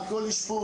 על כל אשפוז,